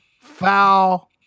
foul